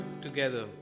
together